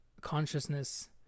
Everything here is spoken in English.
consciousness